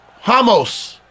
Hamos